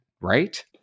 right